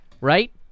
Right